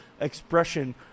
expression